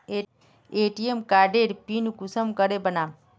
ATM कार्डेर pin कुंसम के बनाम?